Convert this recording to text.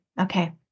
okay